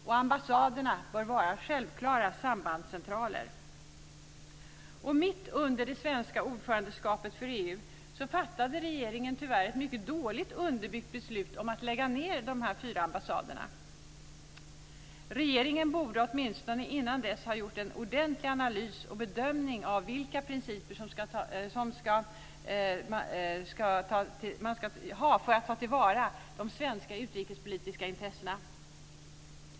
Ambassaderna bör vara självklara sambandscentraler. fattade regeringen tyvärr ett mycket dåligt underbyggt beslut om att lägga ned de här fyra ambassaderna. Regeringen borde åtminstone innan dess ha gjort en ordentlig analys och bedömning av vilka principer som ska gälla för att man ska kunna ta till vara de svenska utrikespolitiska intressena.